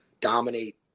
dominate